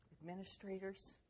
administrators